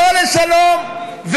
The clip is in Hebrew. לא לשלום,